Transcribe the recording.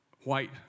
white